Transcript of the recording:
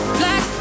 black